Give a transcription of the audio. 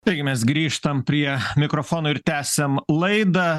taigi mes grįžtam prie mikrofono ir tęsiam laidą